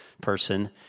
person